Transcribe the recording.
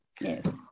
Yes